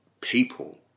people